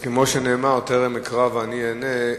אז כמו שנאמר: טרם יקרא ואני אענה.